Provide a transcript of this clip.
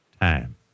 time